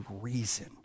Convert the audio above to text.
reason